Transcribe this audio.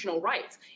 Rights